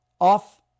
off